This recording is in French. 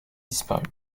disparus